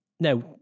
Now